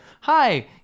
hi